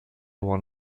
won